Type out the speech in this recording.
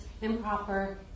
improper